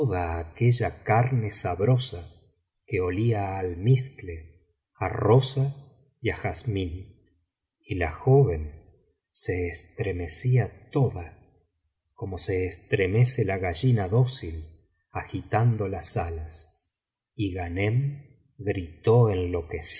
aquella carne sabrosa que olía á almizcle á rosa y á jazmín y la joven se estremecía toda como se estremece la gallina dócil agitando las alas y ghanem gritó enloquecido